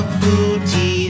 booty